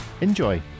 enjoy